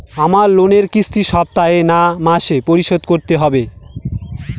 আমার লোনের কিস্তি সপ্তাহে না মাসে পরিশোধ করতে হবে?